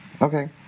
Okay